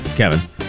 Kevin